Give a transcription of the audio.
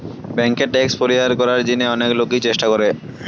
বেঙ্কে ট্যাক্স পরিহার করার জিনে অনেক লোকই চেষ্টা করে